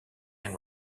and